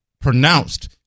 pronounced